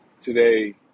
Today